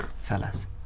fellas